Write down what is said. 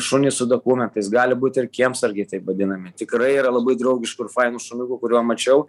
šunys su dokumentais gali būt ir kiemsargiai taip vadinami tikrai yra labai draugiškų ir fainų šuniukų kuriuo mačiau